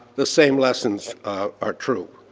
the same lessons are true.